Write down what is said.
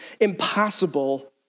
impossible